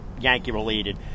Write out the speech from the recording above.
Yankee-related